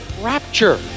rapture